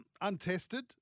Untested